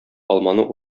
алманы